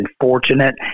unfortunate